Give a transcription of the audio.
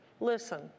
Listen